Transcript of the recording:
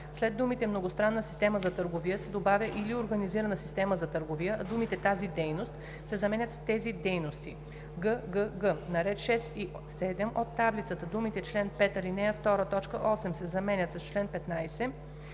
след думите „многостранна система за търговия“ се добавя „или организирана система за търговия“, а думите „тази дейност“ се заменят с „тези дейности“; ггг) на ред 6 и 7 от таблицата думите „чл. 5, ал. 2, т. 8“ се заменят с „чл. 15“;